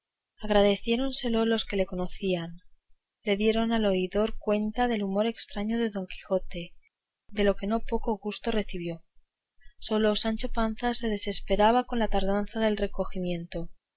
encerraba agradeciéronselo los que le conocían y dieron al oidor cuenta del humor estraño de don quijote de que no poco gusto recibió sólo sancho panza se desesperaba con la tardanza del recogimiento